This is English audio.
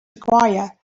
required